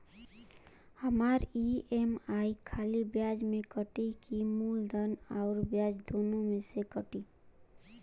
हमार ई.एम.आई खाली ब्याज में कती की मूलधन अउर ब्याज दोनों में से कटी?